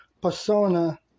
persona